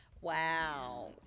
Wow